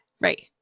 right